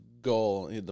goal